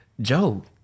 Joe